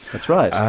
that's right.